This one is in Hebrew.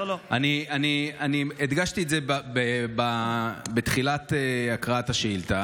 אני הדגשתי את זה בתחילת הקראת השאילתה,